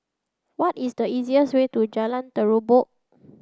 what is the easiest way to Jalan Terubok